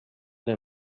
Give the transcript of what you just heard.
der